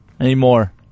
anymore